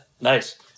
Nice